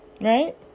Right